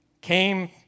came